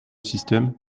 système